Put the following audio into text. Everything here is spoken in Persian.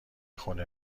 خونه